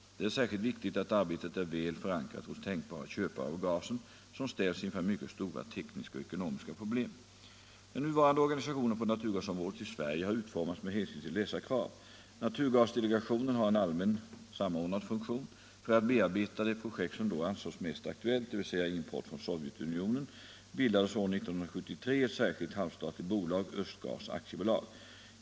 Det är särskilt viktigt att arbetet är väl förankrat hos tänkbara köpare av gasen, som ställs inför mycket stora tekniska och ekonomiska problem. Den nuvarande organisationen på naturgasområdet i Sverige har utformats med hänsyn till dessa krav. Naturgasdelegationen har en allmänt samordnande funktion. För att bearbeta det projekt som då ansågs mest aktuellt — dvs. import från Sovjetunionen — bildades år 1973 ett särskilt halvstatligt bolag, Östgas AB.